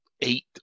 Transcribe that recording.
eight